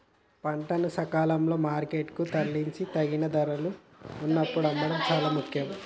పంటను సకాలంలో మార్కెట్ కు తరలించాలి, తగిన ధర వున్నప్పుడు అమ్మడం చాలా ముఖ్యం